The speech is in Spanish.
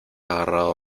agarrado